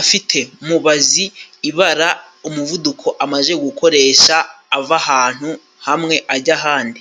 afite mubazi ibara umuvuduko amaze gukoresha ava ahantu hamwe ajya ahandi.